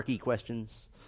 questions